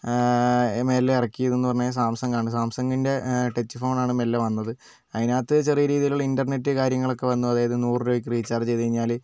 മെല്ലെ ഇറക്കിയതെന്ന് പറഞ്ഞാൽ സാംസങ് ആണ് സാംസങ്ങിന്റെ ടച്ച് ഫോൺ ആണ് മെല്ലെ വന്നത് അതിനകത്ത് ചെറിയ രീതിയിലുള്ള ഇന്റർനെറ്റ് കാര്യങ്ങളൊക്കെ വന്നു അതായത് നൂറ് രൂപയ്ക്ക് റീചാർജ് ചെയ്തുകഴിഞ്ഞാൽ